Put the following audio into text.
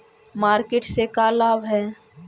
Market से का लाभ है?